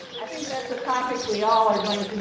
i think that's the topic we all are going